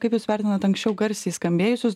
kaip jūs vertinat anksčiau garsiai skambėjusius